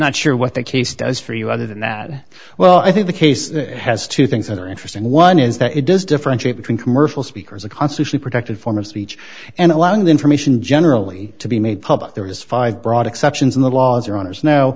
not sure what the case does for you other than that well i think the case has two things that are interesting one is that it does differentiate between commercial speakers a constantly protected form of speech and allowing the information generally to be made public there is five broad exceptions in the laws or owners know